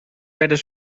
werden